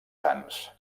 sants